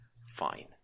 fine